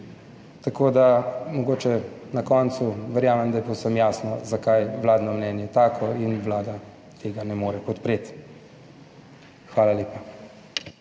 Tako da mogoče na koncu verjamem, da je povsem jasno zakaj je vladno mnenje tako in Vlada tega ne more podpreti. Hvala lepa.